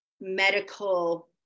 medical